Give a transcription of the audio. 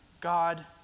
God